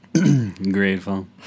Grateful